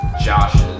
Josh's